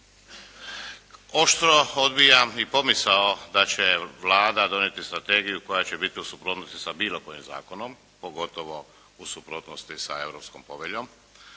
Oštro odbijam i pomisao da će Vlada donijeti strategiju koja će biti u suprotnosti sa bilo kojim zakonom, pogotovo u suprotnosti sa europskom poveljom.